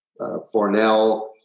Fornell